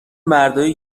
مردایی